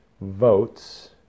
votes